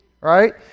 right